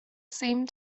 same